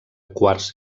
quars